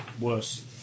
worse